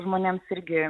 žmonėms irgi